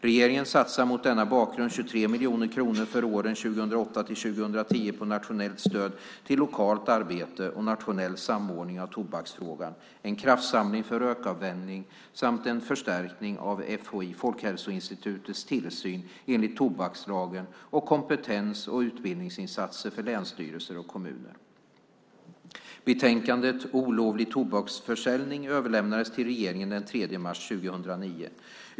Regeringen satsar mot denna bakgrund 23 miljoner kronor för åren 2008-2010 på nationellt stöd till lokalt arbete och nationell samordning av tobaksfrågan, en kraftsamling för rökavvänjning samt en förstärkning av FHI:s, Folkhälsoinstitutets, tillsyn enligt tobakslagen och kompetens och utbildningsinsatser för länsstyrelser och kommuner. Betänkandet Olovlig tobaksförsäljning överlämnades till regeringen den 3 mars 2009.